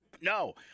No